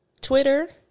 Twitter